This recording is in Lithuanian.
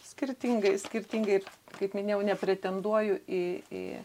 skirtingai skirtingai kaip minėjau nepretenduoju į į